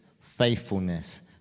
faithfulness